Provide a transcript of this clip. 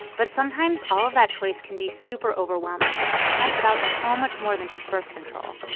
but sometimes, all of that choice can be super overwhelming and about so much more than just birth control.